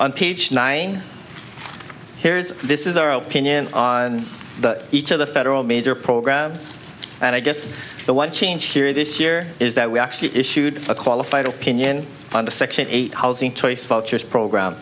on page nine here's this is our opinion on each of the federal major programs and i guess the one change here this year is that we actually issued a qualified opinion on the section eight housing choice vulture's program